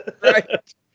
right